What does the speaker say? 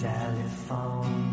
Telephone